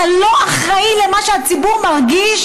אתה לא אחראי למה שהציבור מרגיש?